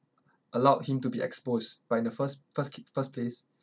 allowed him to be exposed but in the first first c~ first place